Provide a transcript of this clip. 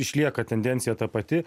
išlieka tendencija ta pati